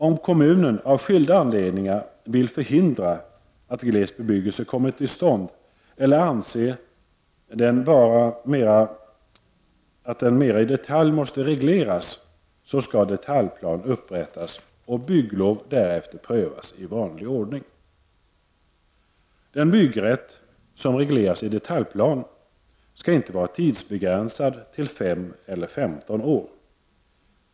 Om kommunen av skilda anledningar vill förhindra att gles bebyggelse kommer till stånd, eller anser att den mera i detalj måste regleras, skall detaljplan upprättas och bygglov därefter prövas i vanlig ordning. Den byggrätt som regleras i detaljplan skall inte vara tidsbegränsad till 5 eller 15 år.